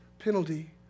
penalty